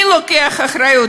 מי לוקח אחריות?